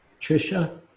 Trisha